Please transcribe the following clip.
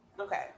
okay